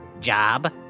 job